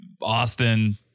Austin